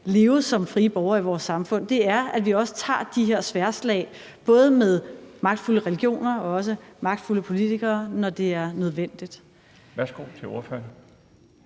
leve som frie borgere i vores samfund, er, at vi også tager de her sværdslag både med magtfulde religioner og med magtfulde politikere, når det er nødvendigt.